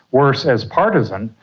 worse, as partisan,